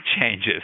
changes